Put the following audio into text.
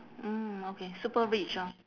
mm okay super rich orh